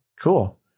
Cool